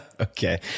Okay